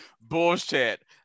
bullshit